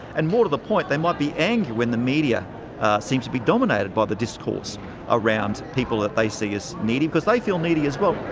and more to the point, they might be angry when the media seems to be dominated by the discourse around people that they see as needy because they feel needy as well.